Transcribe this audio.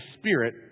Spirit